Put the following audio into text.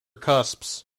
cusps